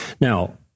Now